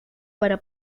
para